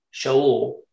Shaul